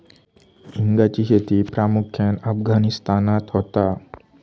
हिंगाची शेती प्रामुख्यान अफगाणिस्तानात होता